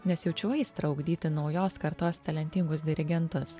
nes jaučiu aistrą ugdyti naujos kartos talentingus dirigentus